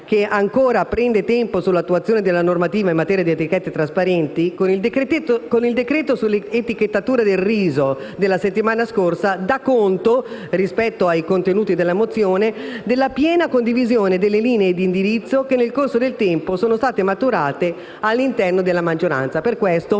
- ancora prende tempo sull'attuazione della normativa in materia di etichette trasparenti - con il decreto sull'etichettatura del riso della settimana scorsa dà conto (rispetto anche ai contenuti della mozione) della piena condivisione delle linee d'indirizzo che, nel corso del tempo, sono maturate all'interno della maggioranza. E per questo